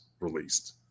released